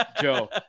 Joe